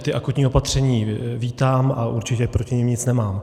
Ta akutní opatření vítám a určitě proti nim nic nemám.